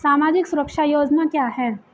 सामाजिक सुरक्षा योजना क्या है?